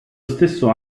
stesso